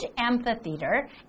amphitheater